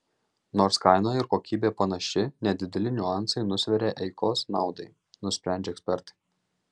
nors kaina ir kokybė panaši nedideli niuansai nusveria eikos naudai nusprendžia ekspertai